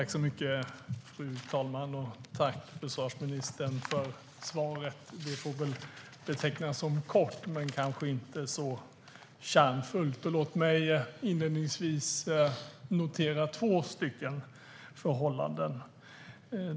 Fru talman! Jag tackar försvarsministern för svaret. Det får väl betecknas som kort men inte kärnfullt. Låt mig inledningsvis notera två förhållanden.